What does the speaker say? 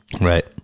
Right